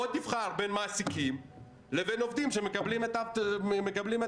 בוא תבחר בין מעסיקים לבין עובדים שמקבלים אבטלה.